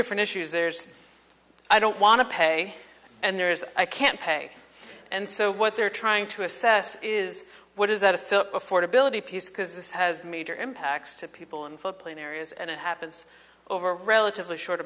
different issues there's i don't want to pay and there is i can't pay and so what they're trying to assess is what is that a film affordability piece because this has major impacts to people on foot plane areas and it happens over a relatively short